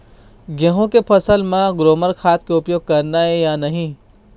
गेहूं के फसल म ग्रोमर खाद के उपयोग करना ये या नहीं?